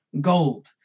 gold